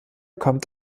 kommt